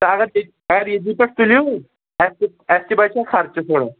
ژٕ اگر اگر ییٚتی پٮ۪ٹھ تُلِو اَسہِ تہِ اَسہِ تہِ بچہِ ہہ خرچہِ تھوڑا